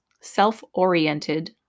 self-oriented